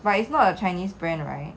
but it's not a chinese brand right